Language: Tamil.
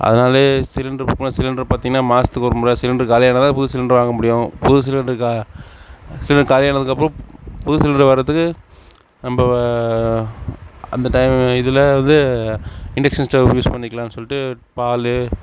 அதனால் சிலிண்ட்ரு புக் பண்ணால் சிலிண்ட்ரு பார்த்தீங்கன்னா மாசத்துக்கு ஒரு முறை சிலிண்ட்ரு காலியானால் தான் புது சிலிண்ட்ரு வாங்க முடியும் புது சிலிண்டருக்கா சிலிண் காலியானக்கப்புறம் புது சிலிண்டர் வரதுக்கு நம்ம வ அந்த டைம் இதில் இது இண்டக்ஷன் ஸ்டவ் யூஸ் பண்ணிக்கிலாம் சொல்லிட்டு பால்